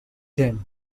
them